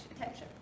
attention